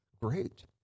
Great